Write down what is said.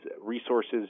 resources